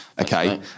okay